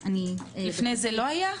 לפני כן לא היה?